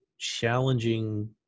challenging